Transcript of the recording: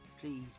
please